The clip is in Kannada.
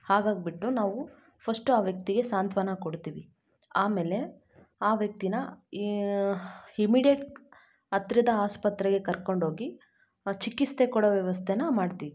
ಹಾಗಾಗಿಬಿಟ್ಟು ನಾವು ಫಸ್ಟ್ ಆ ವ್ಯಕ್ತಿಗೆ ಸಾಂತ್ವನ ಕೊಡ್ತೀವಿ ಆಮೇಲೆ ಆ ವ್ಯಕ್ತೀನ ಇಮ್ಮಿಡೇಟ್ ಹತ್ರದ ಆಸ್ಪತ್ರೆಗೆ ಕರ್ಕೊಂಡೋಗಿ ಅವ್ರು ಚಿಕಿತ್ಸೆ ಕೊಡೋ ವ್ಯವಸ್ಥೇನ ಮಾಡ್ತೀವಿ